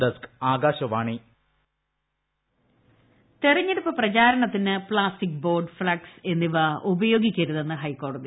flux plastic തെരഞ്ഞെടുപ്പ് പ്രചാരണത്തിന് plastic board flex എന്നിവ ഉപയോഗിക്കരുതെന്ന് ഹൈക്കോടതി